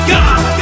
God